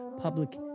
public